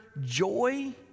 joy